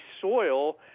soil